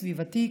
סביבתי,